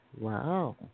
Wow